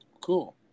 Cool